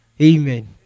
Amen